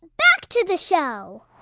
back to the show